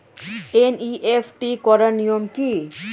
NEFT করার নিয়ম কী?